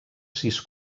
sis